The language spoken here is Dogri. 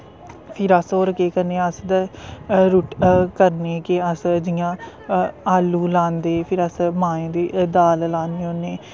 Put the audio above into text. फिर अस होर केह् करने आं अस करने कि अस जि'यां आलू लांदे फिर अस मांहें दी दाल लान्ने होन्ने